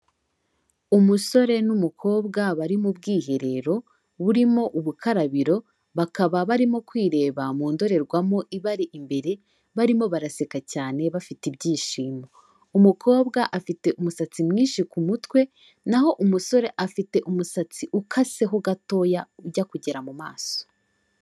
Umusore n'umukobwa bari mu bwiherero burimo ubukarabiro, bakaba barimo kwireba mu ndorerwamo ibari imbere, barimo baraseka cyane bafite ibyishimo. Umukobwa afite umusatsi mwinshi ku mutwe, naho umusore afite umusatsi ukaseho gatoya ujya kugera mu maso.